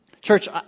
Church